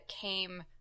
came